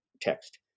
text